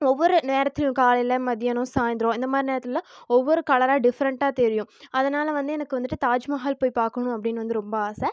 ஒவ்வொரு நேரத்திலும் காலையில் மதியானம் சாய்ந்தரம் இந்த மாதிரி நேரத்துலலாம் ஒவ்வொரு கலராக டிஃப்ரெண்ட்டாக தெரியும் அதனால் வந்து எனக்கு வந்துட்டு தாஜ்மஹால் போய் பார்க்கணும் அப்படின்னு வந்து ரொம்ப ஆசை